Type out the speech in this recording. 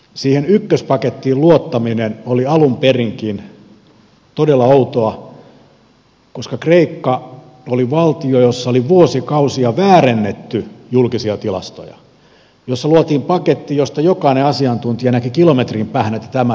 siihen ykköspakettiin luottaminen oli alun perinkin todella outoa koska kreikka oli valtio jossa oli vuosikausia väärennetty julkisia tilastoja jossa luotiin paketti josta jokainen asiantuntija näki kilometrin päähän että tämä ei voi kestää